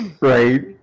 right